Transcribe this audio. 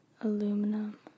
aluminum